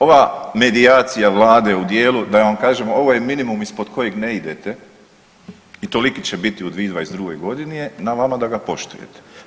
Ova medijacija vlade u dijelu da vam kažem ovo je minimum ispod kojeg ne idete i toliki će biti u 2022.g. je na vama da ga poštujete.